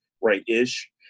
right-ish